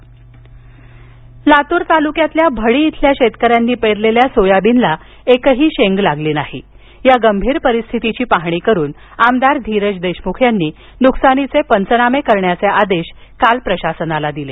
soybean Latur तालुक्यातील भडी इथल्या शेतकऱ्यांनी पेरलेल्या सोयाबीनला एकही शेंग लागली नाही या गंभीर परिस्थितीची पाहणी करून आमदार धिरज देशमुख यांनी नुकसानीचे पंचनामे करण्याचे आदेश काल प्रशासनाला दिले